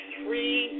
three